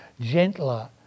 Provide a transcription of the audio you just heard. gentler